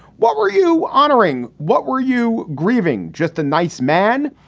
what were you honoring? what were you grieving? just a nice man,